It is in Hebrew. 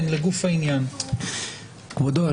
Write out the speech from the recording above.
כבודו,